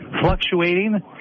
fluctuating